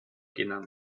genannt